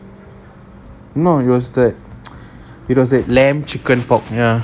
no it was that it was a lamb chicken pork ya